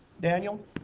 Daniel